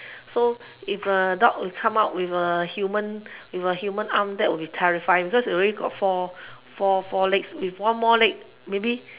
so if a dog will come out with a human with a human arm that will be terrifying because already got four four four legs if one more leg maybe